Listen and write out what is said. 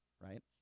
right